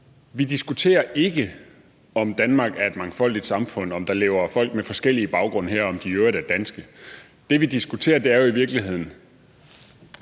Vi diskuterer ikke, om Danmark er et mangfoldigt samfund, og om der lever folk med forskellig baggrund her, og om de i øvrigt er danske. Det, vi diskuterer, er jo i virkeligheden,